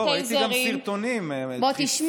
לא, ראיתי גם סרטונים, דחיפות.